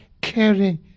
caring